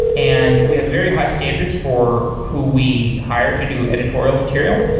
and we have very high standards for who we hire to do editorial material,